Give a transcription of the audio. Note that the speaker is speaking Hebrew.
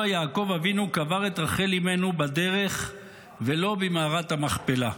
יעקב אבינו קבר את רחל אימנו בדרך ולא במערת המכפלה.